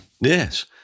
yes